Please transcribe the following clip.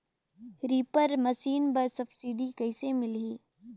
Reaper machine बर subsidy कइसे मिलही?